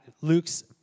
Luke's